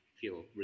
feel